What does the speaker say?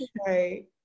Okay